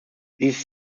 these